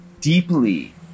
deeply